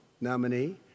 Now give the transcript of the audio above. nominee